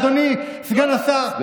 אדוני סגן השר,